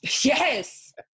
Yes